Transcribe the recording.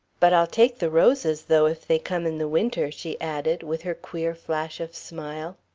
but i'll take the roses, though, if they come in the winter, she added, with her queer flash of smile.